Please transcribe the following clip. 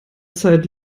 zeit